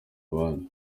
abandi